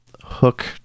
hook